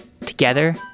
Together